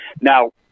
Now